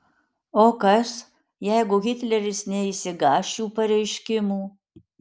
o kas jeigu hitleris neišsigąs šių pareiškimų